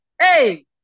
hey